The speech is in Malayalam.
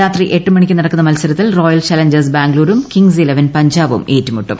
രാത്രി എട്ടുമണിക്ക് നടക്കുന്ന മത്സരത്തിൽ റോയൽ ചലഞ്ചേഴ്സ് ബാംഗ്ലൂരും കിങ്സ് ഇലവൻ പഞ്ചാബും ഏറ്റുമുട്ടും